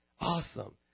awesome